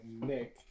Nick